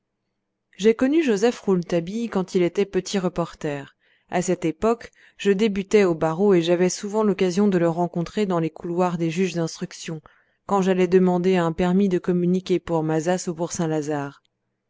j'ai connu joseph rouletabille quand il était petit reporter à cette époque je débutais au barreau et j'avais souvent l'occasion de le rencontrer dans les couloirs des juges d'instruction quand j'allais demander un permis de communiquer pour mazas ou pour